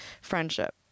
Friendship